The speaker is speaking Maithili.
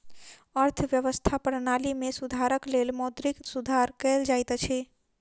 अर्थव्यवस्था प्रणाली में सुधारक लेल मौद्रिक सुधार कयल जाइत अछि